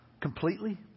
completely